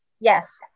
Yes